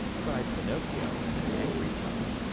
cried pinocchio in an angry tone.